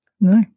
No